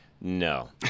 no